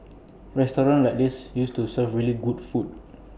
restaurants like these used to serve really good food